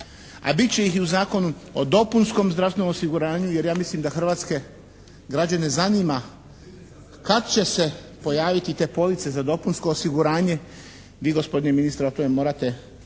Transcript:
a bit će i u Zakonu o dopunskom zdravstvenom osiguranju jer ja mislim da hrvatske građane zanima kad će se pojaviti te police za dopunsko osiguranje, vi gospodine ministre o tome morate